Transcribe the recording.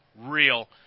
real